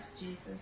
Jesus